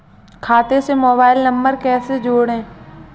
खाते से mobile number कैसे जोड़ें?